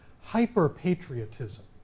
hyper-patriotism